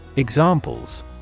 Examples